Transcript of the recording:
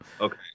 Okay